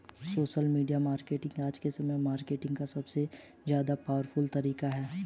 social media marketing आज के समय में मार्केटिंग का सबसे ज्यादा पॉवरफुल तरीका है